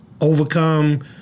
overcome